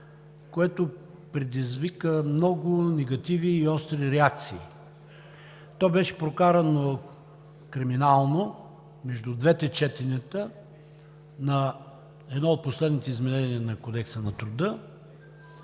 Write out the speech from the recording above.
което предизвика много негативи и остри реакции. То беше прокарано криминално, между двете четения на едно от последните изменения на Кодекса на труда,